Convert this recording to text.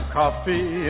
coffee